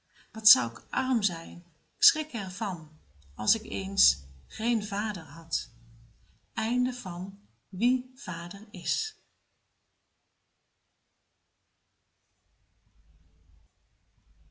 wat zou k arm zijn k schrik er van als ik eens geen vader had vader is